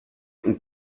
und